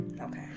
Okay